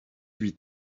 huit